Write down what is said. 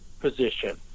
position